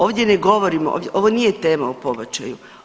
Ovdje ne govorimo, ovo nije tema o pobačaju.